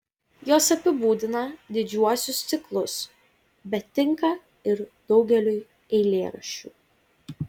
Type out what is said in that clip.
jos apibūdina didžiuosius ciklus bet tinka ir daugeliui eilėraščių